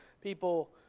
people